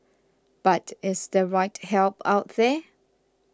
but is the right help out there